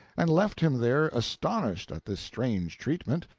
and left him there astonished at this strange treatment,